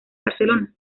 barcelona